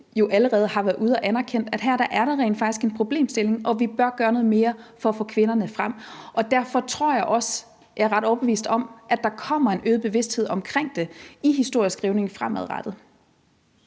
jo allerede har været ude at anerkende, at der rent faktisk er en problemstilling her, og at vi bør gøre noget mere for at få kvinderne frem. Derfor tror jeg også – jeg er ret overbevist om det – at der kommer en øget bevidsthed omkring det i historieskrivningen fremadrettet.